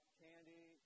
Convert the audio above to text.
candy